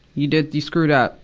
you did you screwed up.